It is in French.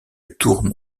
tourne